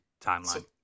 timeline